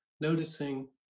noticing